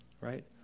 right